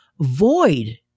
void